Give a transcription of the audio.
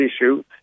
issue